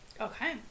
Okay